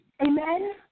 Amen